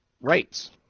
rights